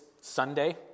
Sunday